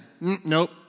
Nope